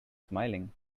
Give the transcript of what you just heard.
smiling